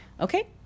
Okay